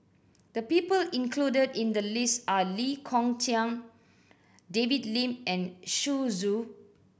the people included in the list are Lee Kong Chian David Lim and Xu Zhu